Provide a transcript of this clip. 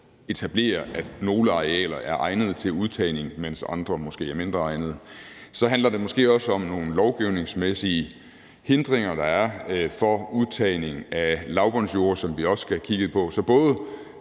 etablere, at nogle arealer er egnede til udtagning, mens andre måske er mindre egnede. Så handler det måske også om nogle lovgivningsmæssige hindringer, der er, for udtagning af lavbundsjorder, som vi også skal have kigget på.